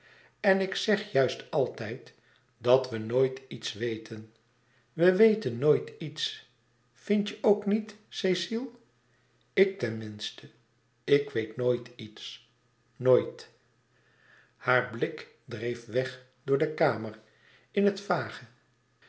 en ik zeg juist altijd dat we nooit iets weten we weten nooit iets vindt je ook niet cecile ik ten minste ik weet nooit iets nooit haar blik dreef weg door de kamer in het vage